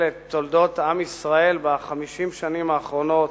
את תולדות עם ישראל ב-50 שנים האחרונות,